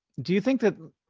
do you think that,